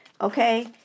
okay